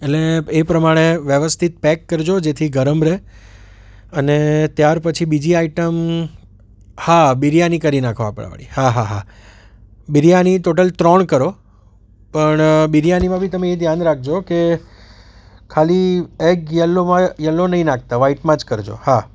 એટલે એ પ્રમાણે વ્યવસ્થિત પેક કરજો જેથી ગરમ રહે અને ત્યાર પછી બીજી આઈટમ હા બિરયાની કરી નાખો આપણાવાળી હા હા હા બિરયાની ટોટલ ત્રણ કરો પણ બિરયાનીમાં બી તમે એ ધ્યાન રાખજો કે ખાલી એગ યલ્લો મળે યલ્લો નહીં નાખતા વ્હાઇટમાં જ કરજો હા